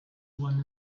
one